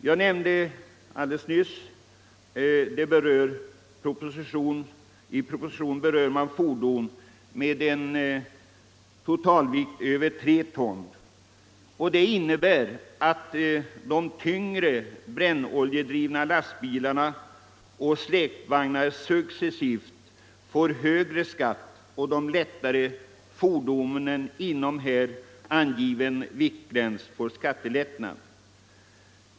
Jag nämnde att propositionen berör fordon med en totalvikt över 3 ton. Det innebär att de tyngre brännoljedrivna lastbilarna och släpvagnarna successivt får högre skatt medan de lättare fordonen inom här angiven viktgräns får en skattelättnad.